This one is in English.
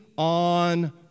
On